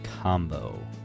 combo